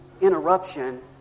interruption